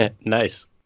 Nice